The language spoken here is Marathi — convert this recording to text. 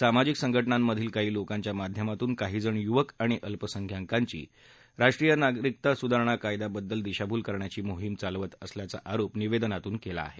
सामाजिक संघ आंमधील काही लोकांच्या माध्यमातून काहीजण युवक आणि अल्पसंख्यांकांची नागरिकत्व सुधारणा कायद्याबद्दल दिशाभूल करण्याची मोहीम चालवण्यात येत असल्याचा आरोप निवेदनातून करण्यात आला आहे